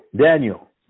Daniel